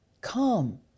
come